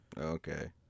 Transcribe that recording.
Okay